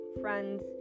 friends